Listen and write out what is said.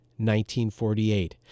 1948